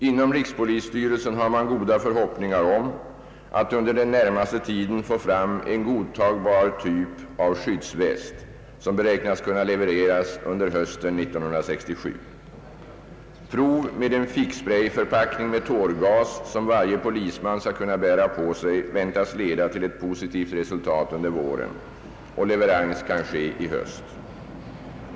Inom rikspolisstyrelsen har man goda förhoppningar om att under den närmaste tiden få fram en godtagbar typ av skyddsväst, som beräknas kunna levereras under hösten 1967. Prov med en ficksprayförpackning med tårgas, som varje polisman skall kunna bära med sig, väntas leda till ett positivt resultat under våren. Leverans kan ske i höst.